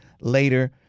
later